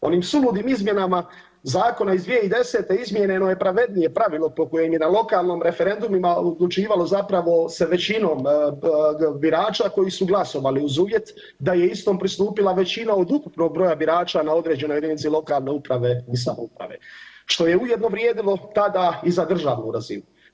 Onim suludim izmjenama zakona iz 2010. izmijenjeno je pravednije pravilo po kojem je na lokalnom referendumima odlučivalo zapravo sa većinom birača koji su glasovali uz uvjet da je istom pristupila većina od ukupnog broja birača na određenoj jedinici lokalne uprave i samouprave, što je ujedno vrijedilo tada i za državnu razinu.